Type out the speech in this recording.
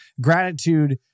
gratitude